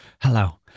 Hello